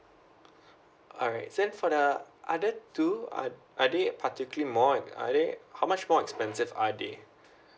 alright then for the other two are are they particularly more and are they how much more expensive are they